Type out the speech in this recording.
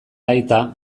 aita